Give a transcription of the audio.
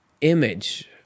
image